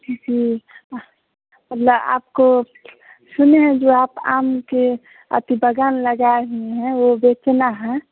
ठीक है मतलब आपको सुने हैं जो आप आम के आपके बगान लगाए हुए हैं वह बेचना है